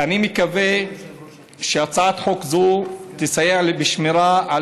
אני מקווה שהצעת חוק זו תסייע בשמירה על